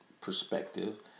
perspective